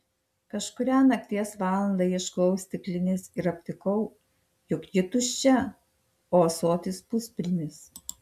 kažkurią nakties valandą ieškojau stiklinės ir aptikau jog ji tuščia o ąsotis puspilnis